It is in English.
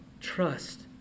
trust